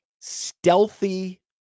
stealthy